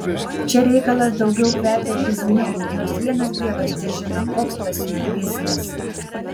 čia reikalas daugiau kvepia bizniu nors vienas dievas težino koks tas jų biznis